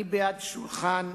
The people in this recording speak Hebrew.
אני בעד שולחן,